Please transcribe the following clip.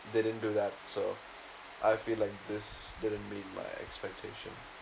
they didn't do that so I feel like this didn't meet my expectation